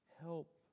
Help